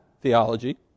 theology